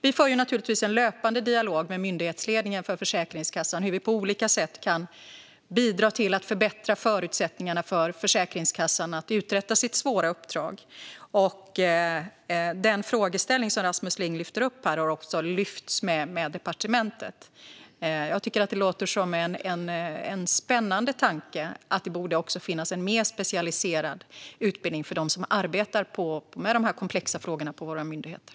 Vi för naturligtvis en löpande dialog med myndighetsledningen på Försäkringskassan om hur vi på olika sätt kan bidra till att förbättra förutsättningarna för Försäkringskassan att uträtta sitt svåra uppdrag. Den frågeställning som Rasmus Ling tog upp här har också lyfts med departementet. Jag tycker att det låter som en spännande tanke att det borde finnas en mer specialiserad utbildning för dem som arbetar med de här komplexa frågorna på våra myndigheter.